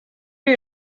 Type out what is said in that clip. les